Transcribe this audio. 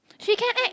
she can act